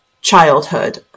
childhood